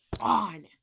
on